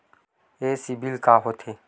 ये सीबिल का होथे?